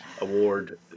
award